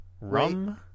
Rum